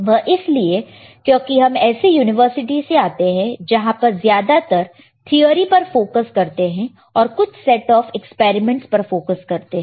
वह इसलिए क्योंकि हम ऐसे यूनिवर्सिटी से आते हैं जहां पर हम ज्यादातर थिअरी पर फोकस करते हैं और कुछ सेट ऑफ एक्सपेरिमेंट पर फोकस करते हैं